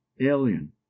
alien